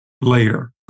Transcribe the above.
later